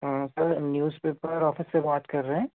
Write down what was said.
हाँ sir newspaper office से बात कर रहें